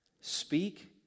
Speak